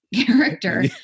character